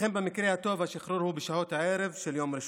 לכן במקרה הטוב השחרור הוא בשעות הערב של יום ראשון,